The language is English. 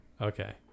okay